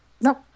No